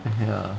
ya